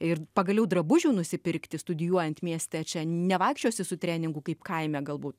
ir pagaliau drabužių nusipirkti studijuojant mieste čia nevaikščiosi su treningu kaip kaime galbūt